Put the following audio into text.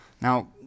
Now